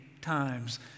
times